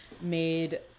made